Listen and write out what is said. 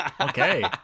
Okay